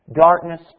Darkness